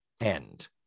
end